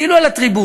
כאילו על הטריבונה,